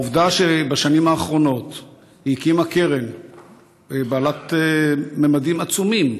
העובדה שבשנים האחרונות היא הקימה קרן בעלת ממדים עצומים